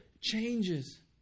changes